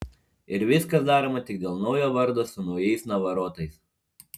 ir viskas daroma tik dėl naujo vardo su naujais navarotais